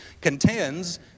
contends